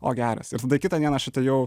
o geras ir tada kitą dieną aš atėjau